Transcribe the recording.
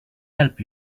help